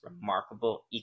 remarkable